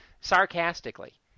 Sarcastically